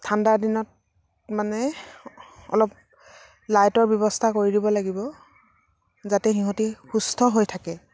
ঠাণ্ডা দিনত মানে অলপ লাইটৰ ব্যৱস্থা কৰি দিব লাগিব যাতে সিহঁতি সুস্থ হৈ থাকে